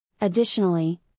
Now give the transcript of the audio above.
Additionally